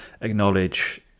acknowledge